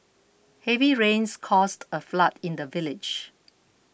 heavy rains caused a flood in the village